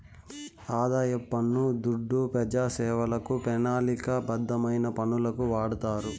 ఆదాయ పన్ను దుడ్డు పెజాసేవలకు, పెనాలిక బద్ధమైన పనులకు వాడతారు